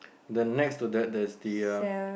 the next to that there's the